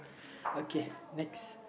okay next